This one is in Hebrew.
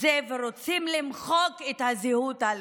זה ורוצים למחוק את הזהות הלאומית.